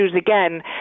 again